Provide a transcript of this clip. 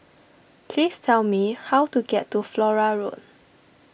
please tell me how to get to Flora Road